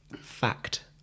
Fact